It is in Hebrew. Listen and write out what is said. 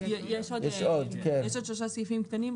יש עוד שלושה סעיפים קטנים.